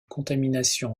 contamination